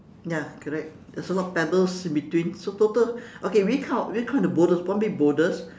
ya correct there's a lot of pebbles in between so total okay we count we count the boulders one big boulders